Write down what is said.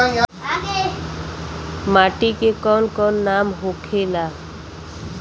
माटी के कौन कौन नाम होखे ला?